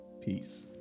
Peace